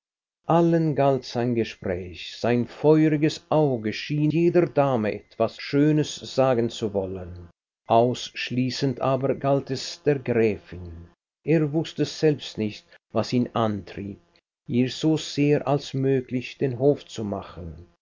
allen galt sein gespräch sein feuriges auge schien jeder dame etwas schönes sagen zu wollen ausschließend aber galt es der gräfin er wußte selbst nicht was ihn antrieb ihr so sehr als möglich den hof zu machen